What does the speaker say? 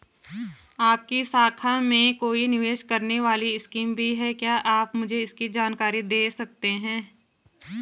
आपकी शाखा में कोई निवेश करने वाली स्कीम भी है क्या आप मुझे इसकी जानकारी दें सकते हैं?